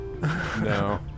No